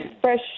fresh